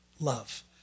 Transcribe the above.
love